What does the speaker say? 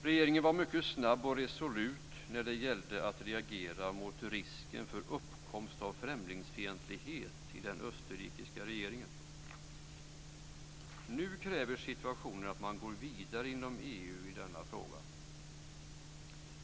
Regeringen var mycket snabb och resolut när det gällde att reagera mot risken för uppkomst av främlingsfientlighet i den österrikiska regeringen. Nu kräver situationen att man går vidare inom EU i denna fråga.